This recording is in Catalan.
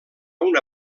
una